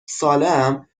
سالهام